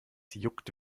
juckt